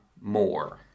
more